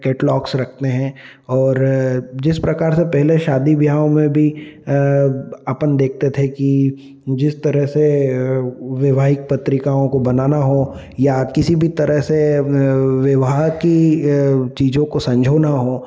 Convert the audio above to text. catalogues रखते हैं और जिस प्रकार से पहले शादी ब्याहों में भी अपन देखते थे कि जिस तरह से विवाहिक पत्रिकाओं को बनाना हो या किसी भी तरह से व विवाह की चीजों को संजोना हो